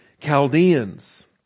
Chaldeans